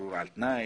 שחרור על תנאי,